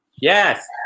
Yes